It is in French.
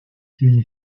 une